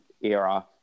era